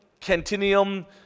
Cantinium